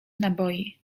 naboi